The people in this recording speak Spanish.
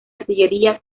artillería